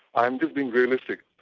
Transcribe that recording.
i'm just being realistic.